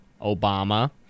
Obama